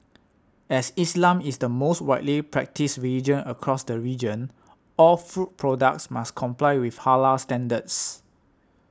as Islam is the most widely practised religion across the region all food products must comply with Halal standards